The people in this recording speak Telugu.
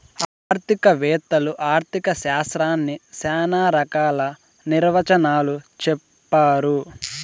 ఆర్థిక వేత్తలు ఆర్ధిక శాస్త్రాన్ని శ్యానా రకాల నిర్వచనాలు చెప్పారు